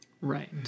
Right